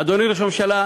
אדוני ראש הממשלה,